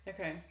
Okay